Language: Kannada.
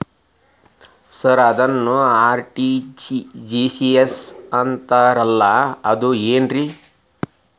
ಸರ್ ಅದೇನು ಆರ್.ಟಿ.ಜಿ.ಎಸ್ ಅಂತಾರಲಾ ಅದು ಏನ್ರಿ?